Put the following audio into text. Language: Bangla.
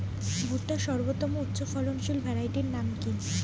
ভুট্টার সর্বোত্তম উচ্চফলনশীল ভ্যারাইটির নাম কি?